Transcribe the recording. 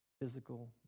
physical